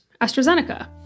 AstraZeneca